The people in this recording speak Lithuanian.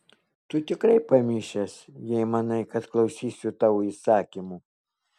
tu tikrai pamišęs jei manai kad klausysiu tavo įsakymų